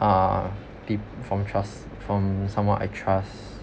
uh pe~ from trust from someone I trust